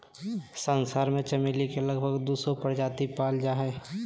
संसार में चमेली के लगभग दू सौ प्रजाति पाल जा हइ